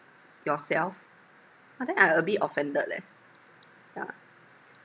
yourself ah then I a bit offended leh yeah